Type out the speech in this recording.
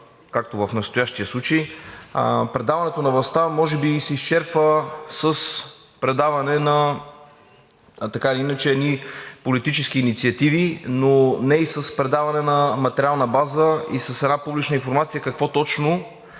както в настоящия случай, предаването на властта може би се изчерпва с предаване на така или иначе едни политически инициативи, но не и с предаване на материална база и с една публична информация какво точно